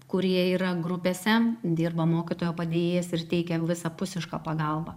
kurie yra grupėse dirba mokytojo padėjėjas ir teikia visapusišką pagalbą